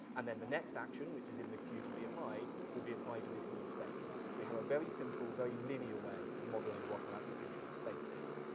and then the next action, which is in the queue to be applied, will be applied to this new state. so we have a very simple, very linear way of modeling what our application's state is.